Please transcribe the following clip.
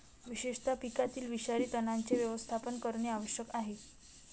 विशेषतः पिकातील विषारी तणांचे व्यवस्थापन करणे आवश्यक आहे